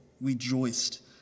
rejoiced